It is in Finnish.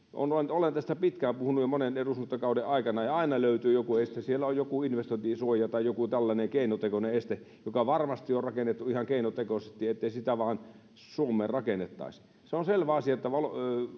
olen tästä pitkään puhunut jo monen eduskuntakauden aikana ja aina löytyy joku este siellä on joku investointisuoja tai joku tällainen keinotekoinen este joka varmasti on rakennettu ihan keinotekoisesti ettei sitä vain suomeen rakennettaisi se on selvä asia että